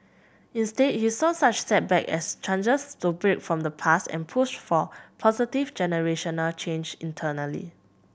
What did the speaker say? instead he saw such setbacks as chances to break from the past and push for positive generational change internally